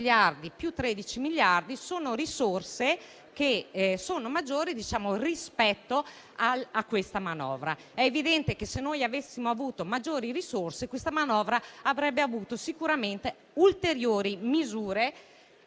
più 13 miliardi sono risorse maggiori rispetto a questa manovra. È evidente che, se avessimo avuto maggiori risorse, questa manovra avrebbe sicuramente contenuto ulteriori misure